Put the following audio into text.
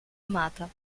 amata